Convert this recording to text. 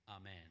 Amen